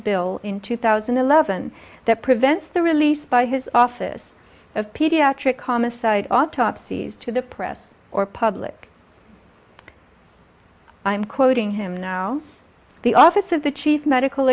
bill in two thousand and eleven that prevents the release by his office of pediatric calm aside autopsies to the press or public i'm quoting him now the office of the chief medical